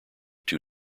two